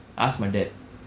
I ask my dad